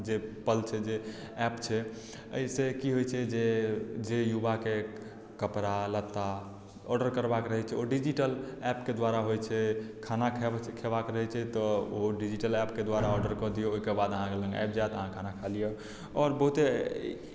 जे पल छै जे एप्प छै एहिसँ की होइत छै जे जे युवाकेँ कपड़ा लत्ता ऑर्डर करबाक रहैत छै ओ डिजिटल एप्पके द्वारा होइ छै खाना खैब खयबाक रहैत छै तऽ ओहो डिजिटल एप्पके द्वारा ऑर्डर कऽ दियौ ओहिके बाद अहाँ लग आबि जायत अहाँ खाना खा लिअ आओर बहुते ई